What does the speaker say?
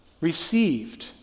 received